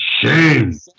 Shame